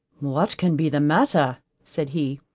what can be the matter? said he,